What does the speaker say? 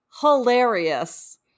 hilarious